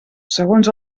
segons